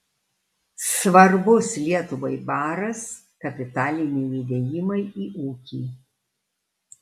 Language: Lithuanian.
svarbus lietuvai baras kapitaliniai įdėjimai į ūkį